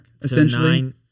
essentially